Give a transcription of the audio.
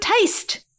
taste